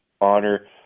honor